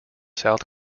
south